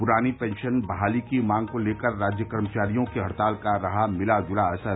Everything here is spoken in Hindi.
प्रानी पेंशन बहाली की मांग को लेकर राज्य कर्मचारियों की हड़ताल का रहा मिलाज्ला असर